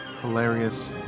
hilarious